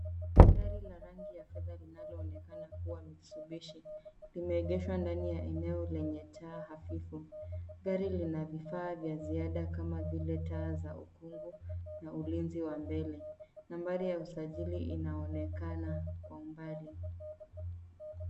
Gari ya rangi ya fedha linaloonekana kuwa mitsubishi limeegeshwa ndani ya eneo lenye taa hafifu. Gari lina vifaa vya ziada kama vile taa za ukungu na ulinzi wa mbele. Nambari usajili inaonekana kwa umbali.